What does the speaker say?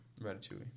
Ratatouille